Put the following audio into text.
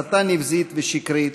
הסתה נבזית ושקרית,